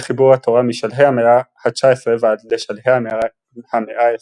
חיבור התורה משלהי המאה ה-19 ועד לשלהי המאה ה-20.